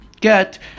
get